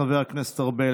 חבר הכנסת ארבל,